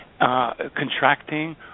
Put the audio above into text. contracting